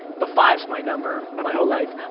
but five's my number, my whole life.